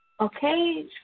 Okay